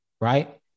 right